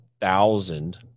thousand